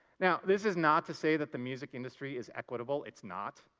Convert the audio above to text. now, this is not to say that the music industry is equitable it's not.